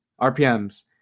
RPMs